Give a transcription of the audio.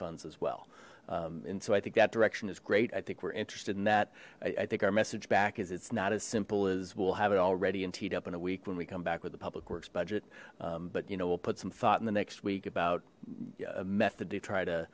funds as well and so i think that direction is great i think we're interested in that i think our message back is it's not as simple as we'll have it already and teed up in a week when we come back with the public works budget but you know we'll put some thought in the next week about a method to try to